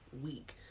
week